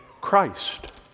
Christ